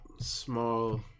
small